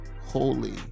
holy